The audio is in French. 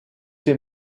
ses